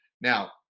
now